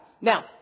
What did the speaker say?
Now